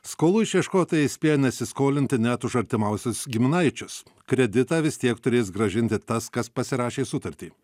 skolų išieškotojai įspėja nesiskolinti net už artimiausius giminaičius kreditą vis tiek turės grąžinti tas kas pasirašė sutartį